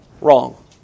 Wrong